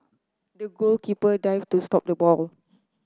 the goalkeeper dived to stop the ball